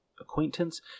acquaintance